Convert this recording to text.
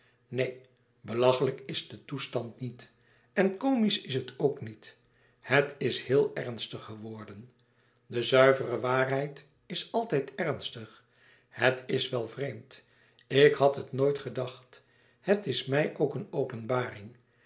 neen belachelijk is de toestand niet en komisch is het ook niet het is heel ernstig geworden de zuivere waarheid is altijd ernstig het is wel vreemd ik had het nooit gedacht het is mij ook een openbaring